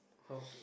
how